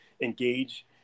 engage